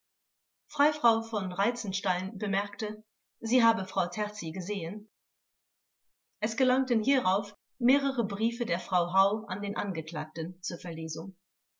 gesehen freifrau v reitzenstein bemerkte sie habe frau terci gesehen es gelangten hierauf mehrere briefe der frau hau an den angeklagten zur verlesung